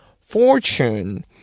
fortune